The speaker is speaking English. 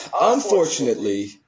unfortunately